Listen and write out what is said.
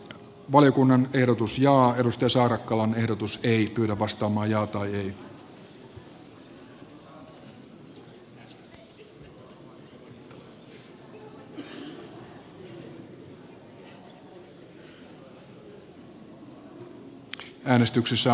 valiokunnan tiedotus ja ajatustensa rokkalan ehdotus ei kyllä mukaisen kannanoton